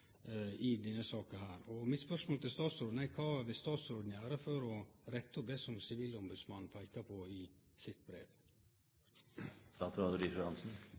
i denne saka. Mitt spørsmål til statsråden er: Kva vil statsråden gjere for å rette opp det som sivilombodsmannen peiker på i sitt